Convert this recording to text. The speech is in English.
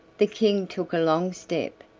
the king took a long step,